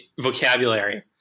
vocabulary